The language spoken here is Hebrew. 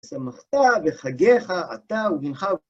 שמחת בחגיך, אתה ובינך.